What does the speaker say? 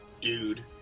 dude